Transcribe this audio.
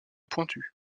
pointue